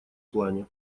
плане